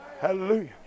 Hallelujah